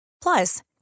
Plus